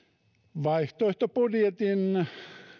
vaihtoehtobudjetin